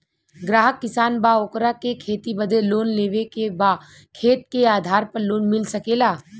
ग्राहक किसान बा ओकरा के खेती बदे लोन लेवे के बा खेत के आधार पर लोन मिल सके ला?